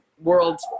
World